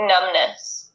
numbness